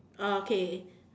oh okay